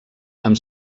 amb